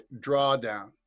Drawdown